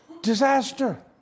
Disaster